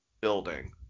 building